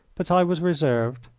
but i was reserved.